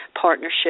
partnership